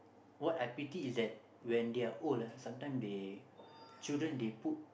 what I pity is that when they are old ah sometime they children they put